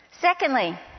Secondly